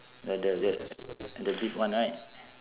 the the the the big one right